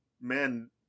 man